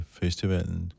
festivalen